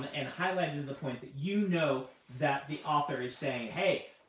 and highlighted to the point, that you know that the author is saying, hey,